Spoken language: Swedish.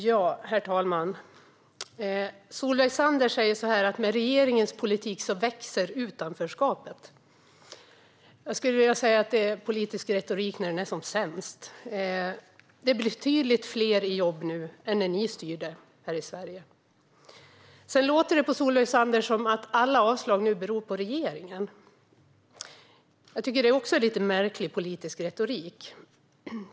Herr talman! Solveig Zander säger att med regeringens politik växer utanförskapet. Jag skulle vilja säga att det är politisk retorik när den är som sämst. Det är betydligt fler i jobb nu än när ni styrde Sverige. Det låter på Solveig Zander som att alla avslag nu beror på regeringen. Jag tycker att det är lite märklig politisk retorik.